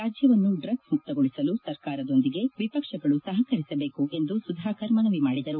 ರಾಜ್ಯವನ್ನು ಡ್ರಗ್ಲ್ ಮುಕ್ತಗೊಳಿಸಲು ಮಾಡಲು ಸರ್ಕಾರದೊಂದಿಗೆ ವಿಪಕ್ಷಗಳು ಸಹಕರಿಸಬೇಕು ಎಂದು ಸುಧಾಕರ್ ಮನವಿ ಮಾಡಿದರು